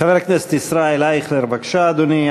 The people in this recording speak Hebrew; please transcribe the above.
חבר הכנסת ישראל אייכלר, בבקשה, אדוני.